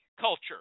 culture